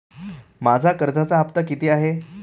माझा कर्जाचा हफ्ता किती आहे?